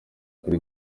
kuri